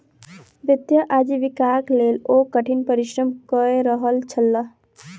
वित्तीय आजीविकाक लेल ओ कठिन परिश्रम कय रहल छलाह